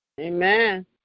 Amen